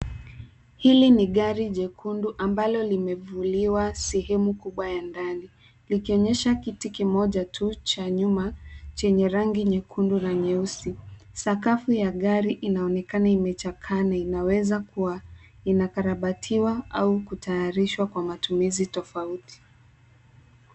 Hili ni gari jekundu ambalo limevuliwa sehemu kubwa ya ndani, likionyesha kiti kimoja tu cha nyuma chenye rangi nyekundu na nyeusi. Sakafu ya gari inaonekana imechakaa na inaweza kuwa inakarabatiwa au kutayarishwa kwa matumizi tofauti.